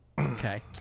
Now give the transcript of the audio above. Okay